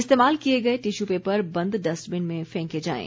इस्तेमाल किए गए टिश्यू पेपर बंद डस्टबिन में फेंके जाएं